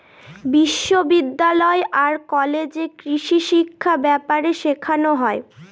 বিশ্ববিদ্যালয় আর কলেজে কৃষিশিক্ষা ব্যাপারে শেখানো হয়